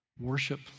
Worship